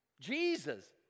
Jesus